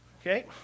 okay